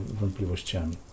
wątpliwościami